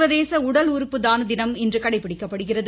சர்வதேச உடல் உறுப்பு தான தினம் இன்று கடைபிடிக்கப்படுகிறது